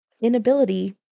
inability